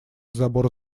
забор